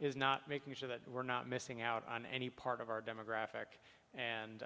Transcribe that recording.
is not making sure that we're not missing out on any part of our demographic and